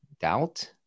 doubt